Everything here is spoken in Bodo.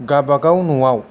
गावबा गाव न'आव